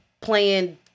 playing